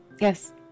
Yes